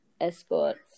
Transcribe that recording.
escorts